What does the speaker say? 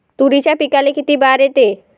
तुरीच्या पिकाले किती बार येते?